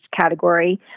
category